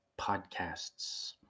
podcasts